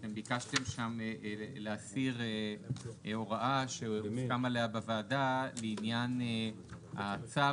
אתם ביקשתם שם להסיר הוראה שהוסכם עליה בוועדה לעניין הצו